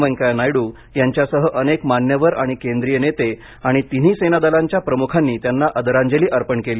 वेंकय्या नायडू यांच्यासह अनेक मान्यवर आणि केंद्रीय नेते आणि तिन्ही सेना दलांच्या प्रमुखांनी त्यांना आंदरांजली अर्पण केली